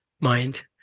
mind